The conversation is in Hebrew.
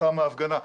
מתחם ההפגנה.